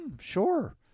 sure